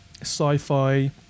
sci-fi